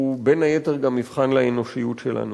הוא בין היתר גם מבחן לאנושיות שלנו.